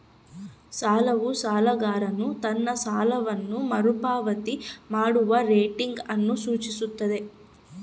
ಸಾಲವು ಸಾಲಗಾರನು ತನ್ನ ಸಾಲವನ್ನು ಮರುಪಾವತಿ ಮಾಡುವ ರೇಟಿಂಗ್ ಅನ್ನು ಸೂಚಿಸ್ತದ